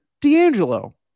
D'Angelo